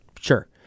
Sure